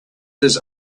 his